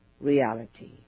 reality